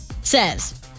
Says